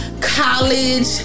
College